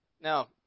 Now